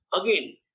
Again